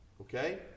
Okay